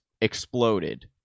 exploded